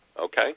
Okay